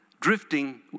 drifting